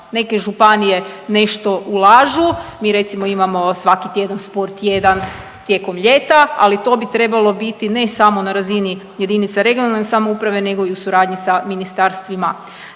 neke županije nešto ulažu, mi recimo imamo svaki tjedan sport jedan tijekom ljeta, ali to bi trebalo biti ne samo na razini JRS nego i u suradnji sa ministarstvima,